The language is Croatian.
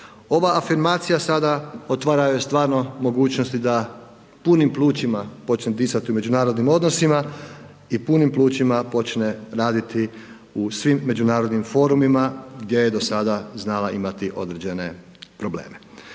Ova afirmacija sada otvara joj stvarno mogućnosti da punim plućima počne disati u međunarodnim odnosima i punim plućima počne raditi u svim međunarodnim forumima gdje je do sada znala imati određene probleme.